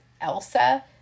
Elsa